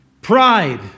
Pride